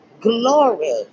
Glory